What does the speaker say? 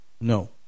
No